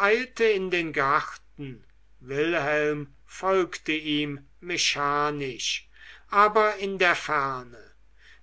eilte in den garten wilhelm folgte ihm mechanisch aber in der ferne